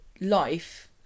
life